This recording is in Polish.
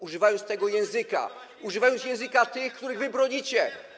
Używam tego języka, używam języka tych, których wy bronicie.